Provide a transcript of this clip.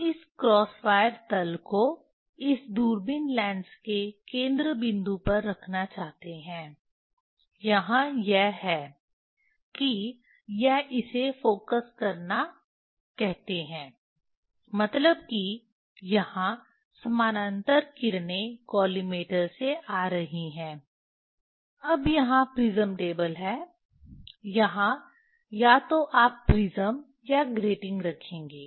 हम इस cross wire तल को इस दूरबीन लेंस के केंद्र बिंदु पर रखना चाहते हैं यहां यह है कि यह इसे फोकस करना कहते हैं मतलब कि यहां समानांतर किरणें कॉलिमेटर से आ रही हैं अब यहां प्रिज्म टेबल है यहां या तो आप प्रिज्म या ग्रेटिंग रखेंगे